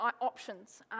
options